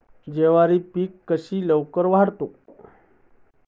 ज्वारी पीक कसे लवकर वाढते?